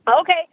Okay